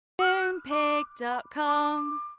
Moonpig.com